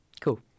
Cool